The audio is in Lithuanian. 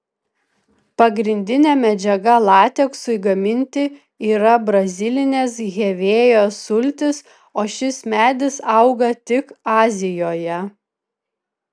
pagrindinė medžiaga lateksui gaminti yra brazilinės hevėjos sultys o šis medis auga tik azijoje